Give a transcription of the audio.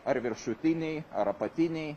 ar viršutiniai ar apatiniai